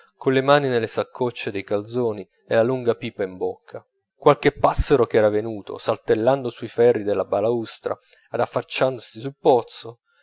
con le mani nelle saccocce dei calzoni e la lunga pipa in bocca qualche passero ch'era venuto saltellando sui ferri della balaustra ad affacciarsi nel pozzo